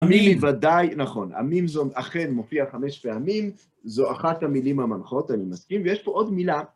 עמים. ודאי, נכון. עמים זו אכן מופיעה חמש פעמים, זו אחת המילים המנחות, אני מסכים, ויש פה עוד מילה.